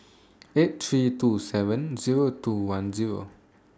eight three two seven Zero two one Zero